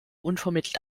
unvermittelt